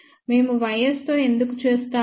మేము YS తో ఎందుకు చేస్తాము